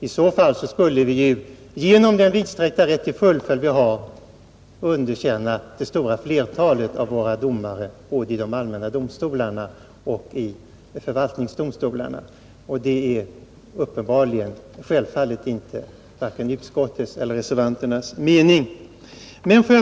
I så fall skulle vi ju genom den vidsträckta rätt till fullföljd som vi har underkänna det stora flertalet av våra domare både i de allmänna domstolarna och i förvaltningsdomstoiarna, och det är självfallet varken utskottets eller reservanternas mening.